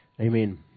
Amen